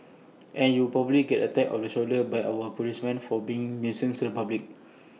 and you will probably get A tap on the shoulder by our policemen for being nuisance to the public